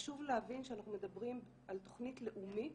חשוב להבין שאנחנו מדברים על תוכנית לאומית